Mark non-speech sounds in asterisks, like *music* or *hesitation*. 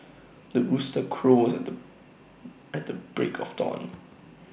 the rooster crows at the *hesitation* at the break of dawn